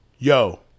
Yo